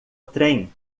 trem